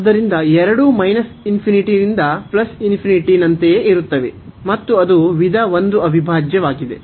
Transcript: ಆದ್ದರಿಂದ ಎರಡೂ ರಿಂದ ನಂತೆಯೇ ಇರುತ್ತವೆ ಮತ್ತು ಅದು ವಿಧ 1 ಅವಿಭಾಜ್ಯವಾಗಿದೆ